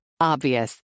Obvious